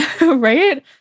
Right